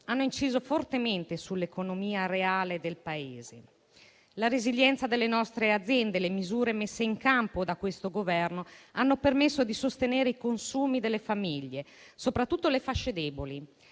hanno inciso fortemente sull'economia reale del Paese. La resilienza delle nostre aziende e le misure messe in campo da questo Governo hanno permesso di sostenere i consumi delle famiglie, soprattutto le fasce deboli.